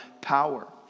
power